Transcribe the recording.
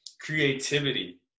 creativity